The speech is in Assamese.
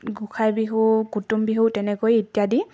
গোসাঁই বিহু কুটুম বিহু তেনেকৈয়ে ইত্যাদি